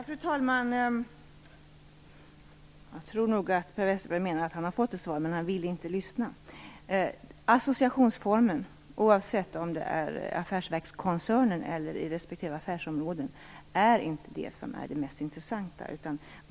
Fru talman! Jag tror nog att Per Westerberg menar att han har fått ett svar, men att han inte ville lyssna. Associationsformen, oavsett om det gäller affärsverkskoncernen eller i respektive affärsområde, är inte den mest intressanta.